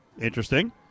interesting